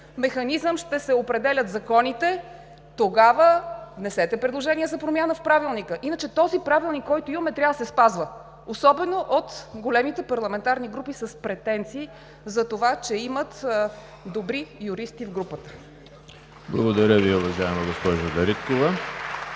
механизъм ще се определят законите, тогава внесете предложение за промяна в Правилника. Иначе този Правилник, който имаме, трябва да се спазва, особено от големите парламентарни групи с претенции за това, че има добри юристи в групата. (Ръкопляскания от